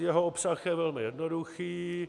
Jeho obsah je velmi jednoduchý.